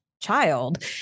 child